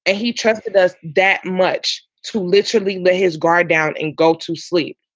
ah he trusted us that much to literally let his guard down and go to sleep.